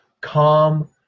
calm